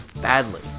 badly